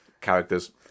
characters